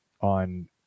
on